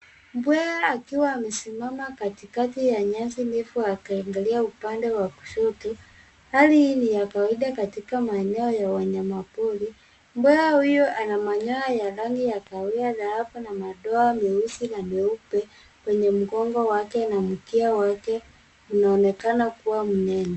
Mbweha akiwa amesimama katikati ya nyasi ndefu akiangalia upande wa kushoto. Hali hii ni ya kawaida katika maeneo ya wanyama pori. Mbweha huyo ana manyoya ya rangi ya kahawia na ako na madoa meusi na meupe, kwenye mgongo wake, na mkia wake unaonekana kua mnene.